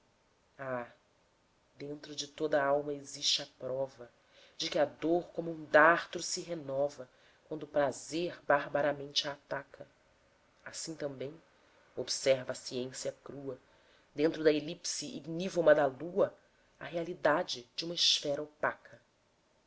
dentro de toda a alma existe a prova de que a dor como um dartro se renova quando o prazer barbaramente a ataca assim também observa a ciência crua dentro da elipse ignívoma da lua a realidade de uma esfera opaca